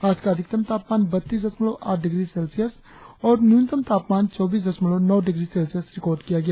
आज का अधिकतम तापमान बत्तीस दशमलव आठ डिग्री सेल्सियस और न्यूनतम तापमान चौबीस दशमलव नौ डिग्री सेल्सियस रिकार्ड किया गया